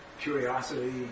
curiosity